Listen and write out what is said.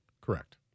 Correct